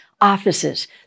offices